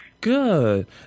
Good